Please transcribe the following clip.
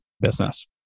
business